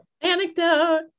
Anecdote